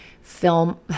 film